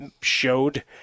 showed